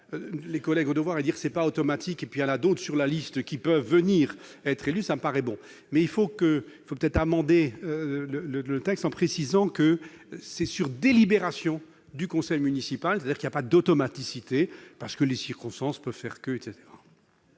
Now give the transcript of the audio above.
les collègues vont devoir dire c'est pas automatique et puis à la d'autres sur la liste qui peuvent venir être élu, ça paraît bon, mais il faut que faut peut-être amendé le texte en précisant que c'est sur délibération du conseil municipal, c'est-à-dire qu'il y a pas d'automaticité, parce que les circonstances peuvent faire culte.